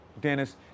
dennis